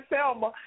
Selma